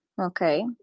Okay